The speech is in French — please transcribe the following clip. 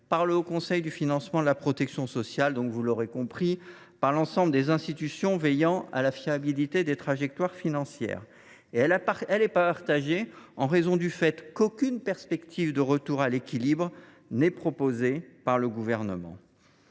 par le Haut Conseil du financement de la protection sociale (HCFiPS), bref, vous l’aurez compris, par l’ensemble des institutions veillant à la fiabilité des trajectoires financières, parce qu’aucune perspective de retour à l’équilibre n’est proposée par le Gouvernement.